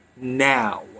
now